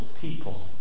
people